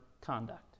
conduct